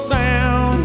down